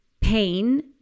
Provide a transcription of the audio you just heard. pain